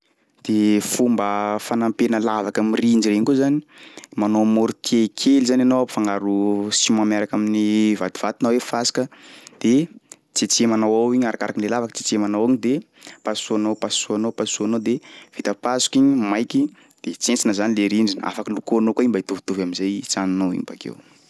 De fomba fanapena lavaka am'rindrina igny koa zany, manao mortier kely zany anao ampifangaro ciment miaraka amin'ny vatovato na hoe fasika de tsetsemanao ao igny arakarak'le lavaky tsetsemanao igny de pasohanao pasohanao pasohanao de vita pasoka igny maiky de tsentsina zany le rindrina afaky lokoanao koa igny mba hitovitovy am'zay i tranonao igny bakeo.